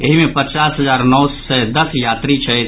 एहि मे पचास हजार नओ सय दस यात्री छथि